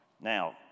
Now